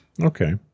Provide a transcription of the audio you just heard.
Okay